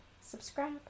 subscribe